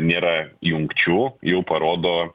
nėra jungčių jau parodo